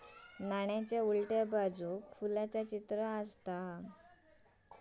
नाण्याच्या उलट्या बाजूक फुलाचा चित्र आसा